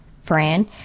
Fran